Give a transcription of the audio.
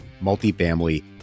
multifamily